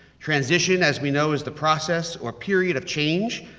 transition, as we know, is the process, or period, of change,